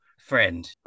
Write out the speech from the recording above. Friend